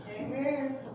Amen